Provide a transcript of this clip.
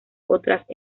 otras